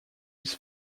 his